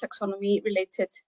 taxonomy-related